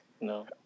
No